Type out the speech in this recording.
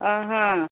ఆహా